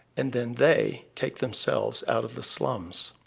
and then they take themselves out of the slums.